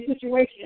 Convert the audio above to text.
situation